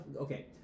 okay